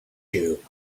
you